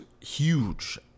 huge